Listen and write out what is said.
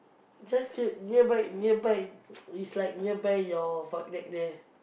just near nearby nearby it's like nearby your void deck there